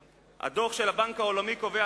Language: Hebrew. הדוח של הבנק העולמי קובע,